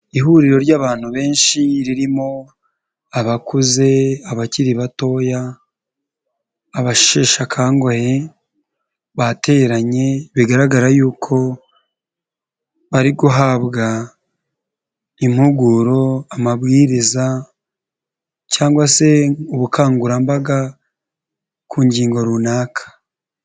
Ihuriro ry'abantu benshi ririmo abakuze abakiri batoya, abasheshakanguhe, bateranye bigaragara yuko, bari guhabwa impuguro amabwiriza, cyangwa se ubukangurambaga, ku ngingo runaka.